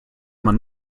man